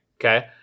Okay